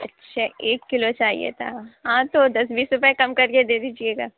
اچھا ایک کلو چاہیے تھا ہاں تو دس بیس روپئے کم کر کے دے دیجیے گا